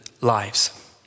lives